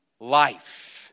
life